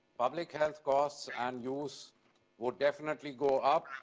public health costs and use would definitely go up.